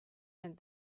and